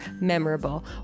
memorable